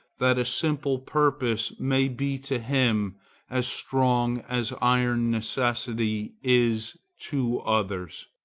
that a simple purpose may be to him as strong as iron necessity is to others!